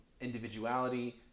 individuality